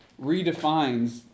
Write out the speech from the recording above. redefines